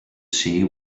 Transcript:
see